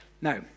Now